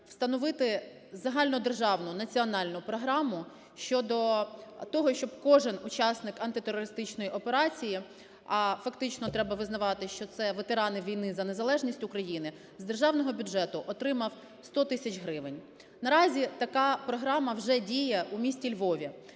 встановити загальнодержавну національну програму щодо того, щоб кожен учасник антитерористичної операції, а фактично треба визнавати, що це ветерани війни за незалежність України, з державного бюджету отримав 100 тисяч гривень. Наразі така програма вже діє у місті Львові.